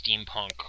steampunk